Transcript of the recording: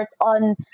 on